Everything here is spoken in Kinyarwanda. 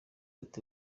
ati